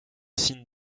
signe